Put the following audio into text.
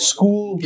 School